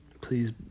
Please